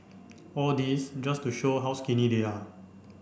all this just to show how skinny they are